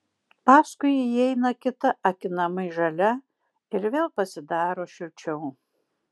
paskui įeina kita akinamai žalia ir vėl pasidaro šilčiau